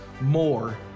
more